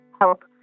help